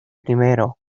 primero